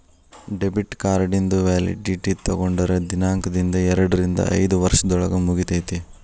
debit ಕಾರ್ಡಿಂದು validity ತೊಗೊಂಡದ್ ದಿನಾಂಕ್ದಿಂದ ಎರಡರಿಂದ ಐದ್ ವರ್ಷದೊಳಗ ಮುಗಿತೈತಿ